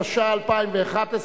התשע"א 2011,